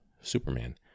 Superman